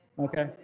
Okay